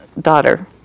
daughter